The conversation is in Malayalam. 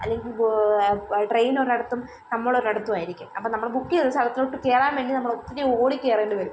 അല്ലെങ്കിൽ ട്രെയിനൊരിടത്തും നമ്മളൊരിടത്തുമായിരിക്കും അപ്പം നമ്മൾ ബുക്ക് ചെയ്തൊരു സ്ഥലത്തിലോട്ട് കയറാൻ വേണ്ടി നമ്മൾ ഒത്തിരി ഓടിക്കയറേണ്ടി വരും